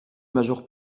major